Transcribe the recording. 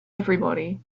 everybody